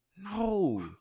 No